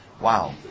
wow